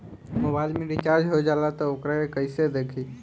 Mobile में recharge हो जाला त वोकरा के कइसे देखी?